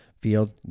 field